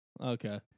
okay